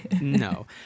no